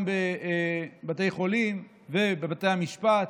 גם בבתי חולים ובבתי המשפט.